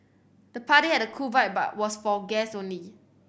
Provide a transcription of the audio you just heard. the party had a cool vibe but was for guest only